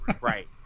Right